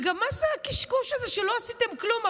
וגם מה זה הקשקוש הזה שלא עשיתם כלום?